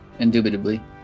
Indubitably